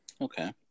Okay